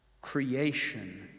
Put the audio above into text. creation